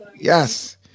Yes